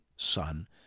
Son